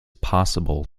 possible